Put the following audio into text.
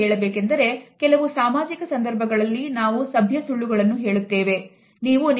ಹೀಗೆ ಕೆಲವು ಬಾರಿ ಸಭ್ಯ ಸುಳ್ಳುಗಳು ಹೇಳುವುದು ಸಮಾಜಕ್ಕೆ ಅಗತ್ಯವಾಗಿರುತ್ತದೆ